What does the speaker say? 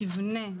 תבנה,